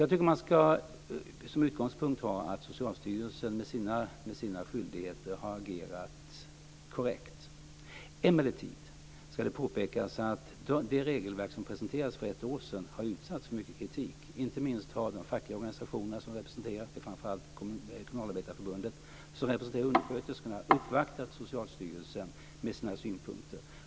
Jag tycker att man ska ha som utgångspunkt att Socialstyrelsen med sina skyldigheter har agerat korrekt. Emellertid ska det påpekas att det regelverk som presenterades för ett år sedan har utsatts för mycket kritik. Inte minst har de fackliga organisationerna, framför allt Kommunalarbetareförbundet som representerar undersköterskorna, uppvaktat Socialstyrelsen med sina synpunkter.